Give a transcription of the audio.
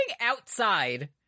outside